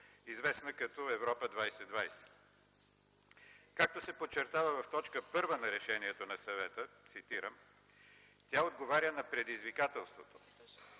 известна като „Европа 2020”. Както се подчертава в т. 1 на решението на Съвета, цитирам: „Тя отговаря на предизвикателствата